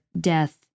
death